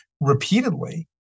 repeatedly